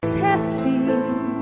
testing